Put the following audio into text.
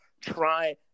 try